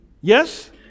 Yes